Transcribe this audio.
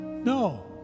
No